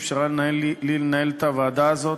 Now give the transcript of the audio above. שאפשרה לי לנהל את הוועדה הזאת,